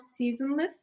seasonless